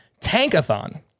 Tankathon